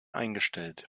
eingestellt